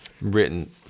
written